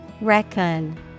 reckon